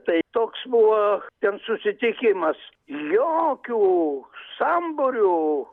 tai toks buvo ten susitikimas jokių sambūrių